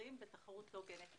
במחירים בתחרות לא הוגנת.